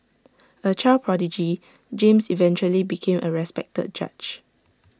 A child prodigy James eventually became A respected judge